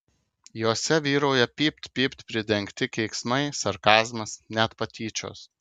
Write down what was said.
jose vyrauja pypt pypt pridengti keiksmai sarkazmas net patyčios